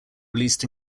released